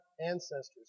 ancestors